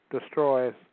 destroys